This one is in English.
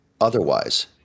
otherwise